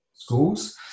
schools